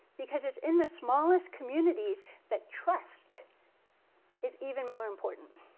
because it's in the smallest communities that trust is even more important.